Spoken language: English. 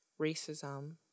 racism